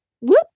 whoop